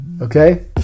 Okay